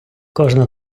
кожна